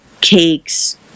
cakes